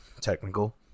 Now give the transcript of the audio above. technical